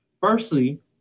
Firstly